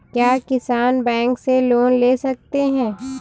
क्या किसान बैंक से लोन ले सकते हैं?